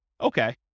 Okay